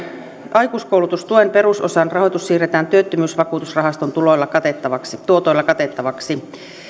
aikuiskoulutustuen perusosan rahoitus siirretään työttömyysvakuutusrahaston tuotoilla katettavaksi tuotoilla katettavaksi